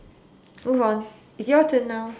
move on it's your turn now